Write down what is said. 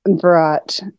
brought